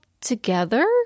together